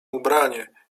ubranie